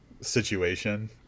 situation